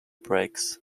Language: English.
brakes